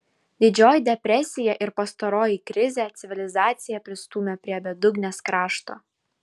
didžioji depresija ir pastaroji krizė civilizaciją pristūmė prie bedugnės krašto